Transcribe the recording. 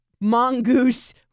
mongoose